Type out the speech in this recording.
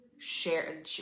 Share